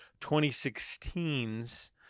2016's